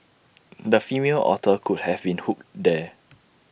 the female otter could have been hooked there